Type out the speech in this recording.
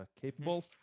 capable